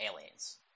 aliens